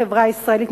בחברה הישראלית,